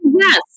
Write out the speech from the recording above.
Yes